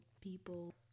people